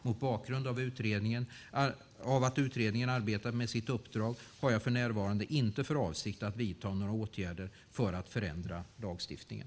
Mot bakgrund av att utredningen arbetar med sitt uppdrag har jag för närvarande inte för avsikt att vidta några åtgärder för att förändra lagstiftningen.